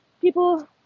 People